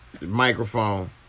Microphone